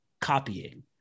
copying